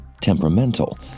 temperamental